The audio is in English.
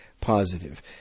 positive